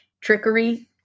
trickery